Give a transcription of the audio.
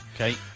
Okay